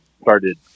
started